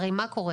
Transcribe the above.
הרי מה קורה?